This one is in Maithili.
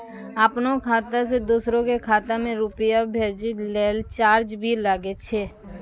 आपनों खाता सें दोसरो के खाता मे रुपैया भेजै लेल चार्ज भी लागै छै?